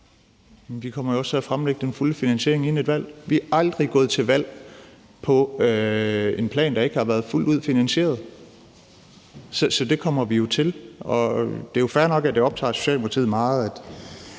Vi kommer også til at fremlægge den fulde finansiering inden et valg. Vi er aldrig gået til valg på en plan, der ikke har været fuldt ud finansieret. Så det kommer vi jo til. Og det er jo fair nok, at det optager Socialdemokratiet meget,